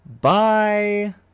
Bye